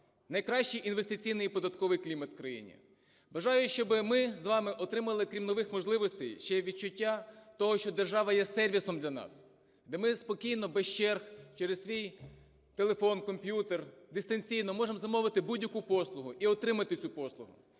найкращий інвестиційний і податковий клімат в країні. Бажаю, щоб ми з вами отримали, крім нових можливостей, ще і відчуття того, що держава є сервісом для нас, де ми спокійно, без черг, через свій телефон, комп'ютер дистанційно можемо замовити будь-яку послугу і отримати цю послугу.